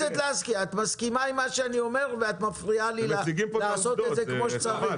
את מסכימה עם מה שאני אומר אבל מפריעה לי לעשות את זה כמו שצריך.